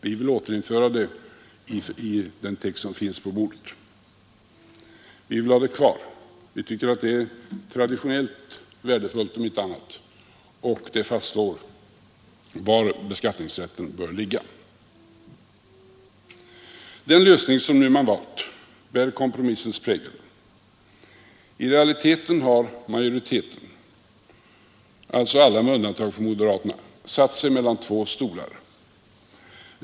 Vi vill återinföra det i den text som finns på bordet — vi vill ha det kvar. Vi tycker att det är traditionellt värdefullt om inte annat, och det fastslår var beskattningsrätten bör ligga. Den lösning som man nu valt bär kompromissens prägel. I realiteten har majoriteten — således alla med undantag för moderaterna — satt sig mellan två stolar.